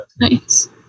nice